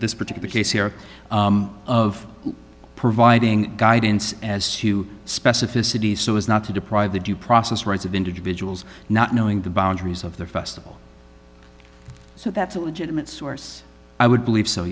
this particular case here of providing guidance as to specificity so as not to deprive the due process rights of individuals not knowing the boundaries of the festival so that's a legitimate source i would believe so